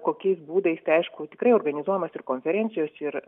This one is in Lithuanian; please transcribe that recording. kokiais būdais tai aišku tikrai organizuojamos ir konferencijos ir